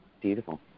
beautiful